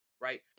right